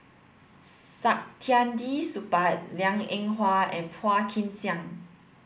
Saktiandi Supaat Liang Eng Hwa and Phua Kin Siang